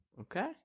Okay